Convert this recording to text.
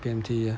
B_M_T ah